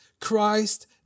Christ